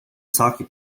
sake